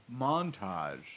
montage